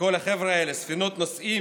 וכל החבר'ה האלה, ספינות נוסעים,